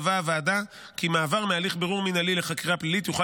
קבעה הוועדה כי מעבר מהליך בירור מינהלי לחקירה פלילית יוכל